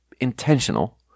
intentional